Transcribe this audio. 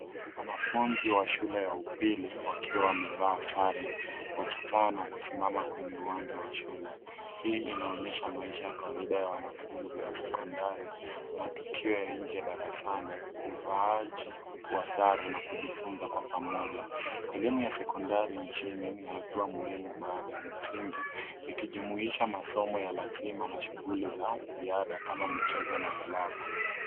Wanafunzi wa shule ya upili, wakiwa wamevaa sare, wakikaa na kusimama kwenye uwanja wa shule. Hii inaonyesha maisha ya kawaida ya wanafunzi wa sekondari, matukio ya nje ya darasani, uvaaji wa sare, na kujifuza kwa pamoja. Elimu ya sekondari nchini, ni hatua muhimu baada ya msingi, ikijumuisha masomo ya lazima na shughuli za ziada kama michezo na vilabu.